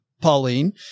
Pauline